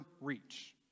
reach